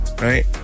right